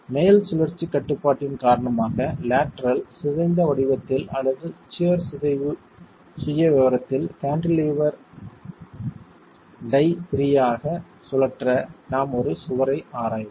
மேல் சுழற்சி கட்டுப்பாட்டின் காரணமாக லேட்டரல் சிதைந்த வடிவத்தில் அல்லது சியர் சிதைவு சுயவிவரத்தில் கேண்டிலீவர்டை ப்ரீ ஆக சுழற்ற நாம் ஒரு சுவரை ஆராய்வோம்